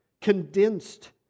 condensed